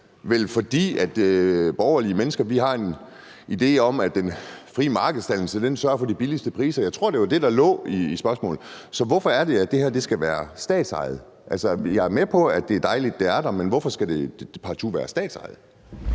fordi vi borgerlige mennesker har en idé om, at den frie markedsdannelse sørger for de laveste priser. Jeg tror, det var det, der lå i spørgsmålet. Så hvorfor er det, at det her skal være statsejet? Jeg er med på, at det er dejligt, det er der, men hvorfor skal det partout være statsejet?